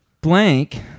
Blank